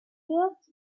was